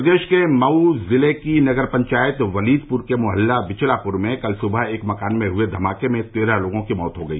प्रदेश के मऊ जिले की नगर पंचायत वलीदपुर के मुहल्ला बिचलापुरा में कल सुबह एक मकान में हुए धमाके में तेरह लोगों की मौत हो गई